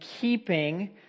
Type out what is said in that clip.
keeping